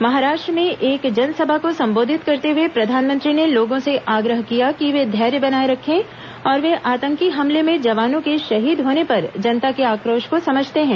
महाराष्ट्र में एक जनसभा को संबोधित करते हुए प्रधानमंत्री ने लोगों से आग्रह किया कि वे धैर्य बनाये रखें और वे आतंकी हमले में जवानों के शहीद होने पर जनता के आक्रोश को समझते हैं